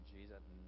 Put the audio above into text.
Jesus